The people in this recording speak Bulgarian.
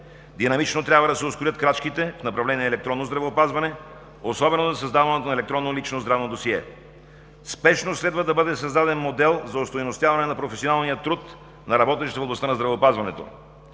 Динамично трябва да се ускорят крачките в направление „Електронно здравеопазване“, особено за създаването на електронно лично здравно досие. Спешно следва да бъде създаден модел за остойностяване на професионалния труд на работещите в областта на здравеопазването.